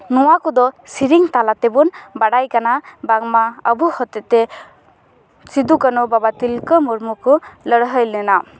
ᱱᱚᱣᱟ ᱠᱚᱫᱚ ᱥᱮᱨᱮᱧ ᱛᱟᱞᱟ ᱛᱮᱵᱚᱱ ᱵᱟᱲᱟᱭ ᱠᱟᱱᱟ ᱵᱟᱝᱢᱟ ᱟᱵᱚ ᱦᱚᱛᱮᱫ ᱛᱮ ᱥᱤᱫᱩ ᱠᱟᱹᱱᱦᱩ ᱵᱟᱵᱟ ᱛᱤᱞᱠᱟᱹ ᱢᱩᱨᱢᱩ ᱠᱚ ᱞᱟᱹᱲᱦᱟᱹᱭ ᱞᱮᱱᱟ